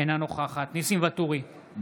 אינה נוכחת ניסים ואטורי,